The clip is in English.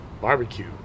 barbecue